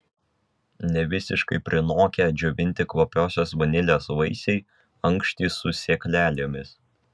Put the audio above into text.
nevisiškai prinokę džiovinti kvapiosios vanilės vaisiai ankštys su sėklelėmis